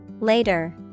Later